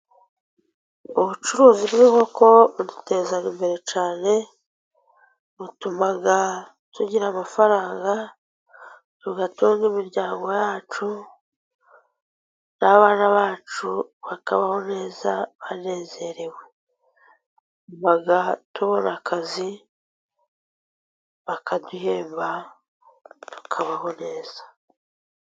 Ubucuruzi bw'inkoko buduteza imbere cyane, butuma tugira amafaranga tugatunga imiryango yacu, n'abana bacu bakabaho neza banezerewe. bagatora akazi bakaduhemba tukabaho neza.